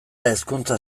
hezkuntza